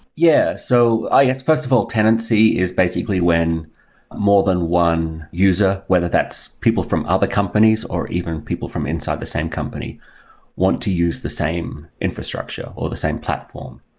yeah. so i guess, first of all, tenancy is basically when more than one user, whether that's people from other companies, or even people from inside the same company want to use the same infrastructure, or the same platform.